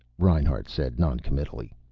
reinhart said noncommittally.